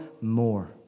more